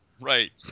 Right